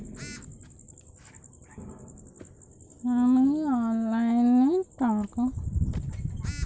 আমি অনলাইনে টাকা ইনভেস্ট করতে পারবো?